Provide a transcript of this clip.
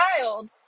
child